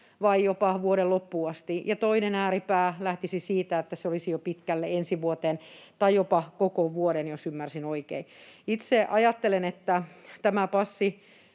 vai jopa vuoden loppuun asti, ja toinen ääripää lähtisi siitä, että se olisi jo pitkälle ensi vuoteen tai jopa koko vuoden, jos ymmärsin oikein. Itse ajattelen, että tämä passi